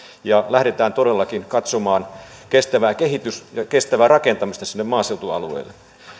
ja lähdetään todellakin katsomaan kestävää kehitystä ja kestävää rakentamista sinne maaseutualueille